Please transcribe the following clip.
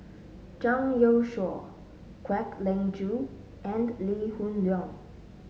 Zhang Youshuo Kwek Leng Joo and Lee Hoon Leong